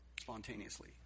spontaneously